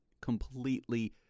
completely